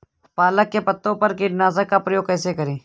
पालक के पत्तों पर कीटनाशक का प्रयोग कैसे करें?